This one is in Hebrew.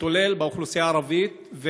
שמשתולל באוכלוסייה הערבית,